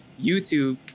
YouTube